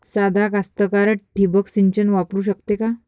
सादा कास्तकार ठिंबक सिंचन वापरू शकते का?